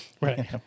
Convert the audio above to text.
Right